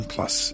Plus